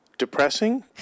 depressing